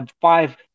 five